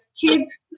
kids